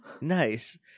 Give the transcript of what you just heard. Nice